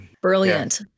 Brilliant